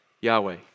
Yahweh